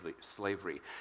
slavery